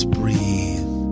breathe